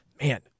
Man